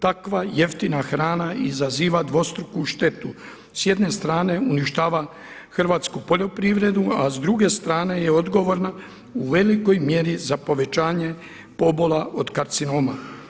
Takva jeftina hrana izaziva dvostruku štetu, s jedne strane uništava hrvatsku poljoprivredu, a s druge strane je odgovorna u velikoj mjeri za povećanje pobola od karcinoma.